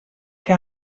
que